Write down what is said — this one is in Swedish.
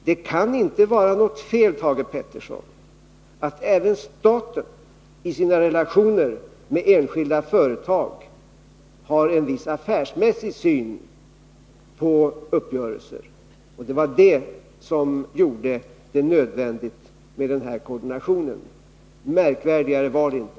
Det kan inte vara något fel, Thage Peterson, att även staten i sina relationer med enskilda företag har en viss affärsmässig syn på uppgörelser. Detta gjorde det nödvändigt med den här koordineringen. Märkvärdigare var det inte.